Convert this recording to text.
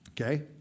Okay